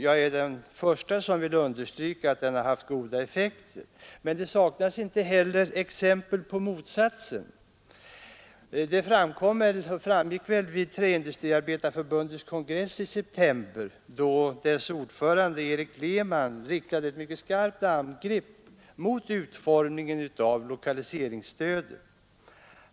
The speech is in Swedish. Jag är den förste som vill understryka att den har haft goda effekter. Men det saknas inte heller exempel på motsatsen. Det framgick väl också vid Träindustriarbetareförbundets kongress i september, då dess ordförande, Erik Lehman, riktade ett mycket skarpt angrepp mot utformningen av lokaliseringsstödet.